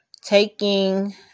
taking